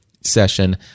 session